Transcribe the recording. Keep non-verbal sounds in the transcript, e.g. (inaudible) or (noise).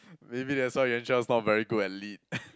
maybe that's why Yuan-Shao is not very good at lead (laughs)